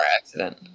accident